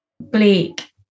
Bleak